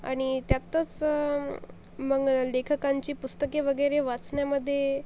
आणि त्यातच मग लेखकांची पुस्तके वगैरे वाचण्यामध्ये